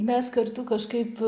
mes kartu kažkaip